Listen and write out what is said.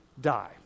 die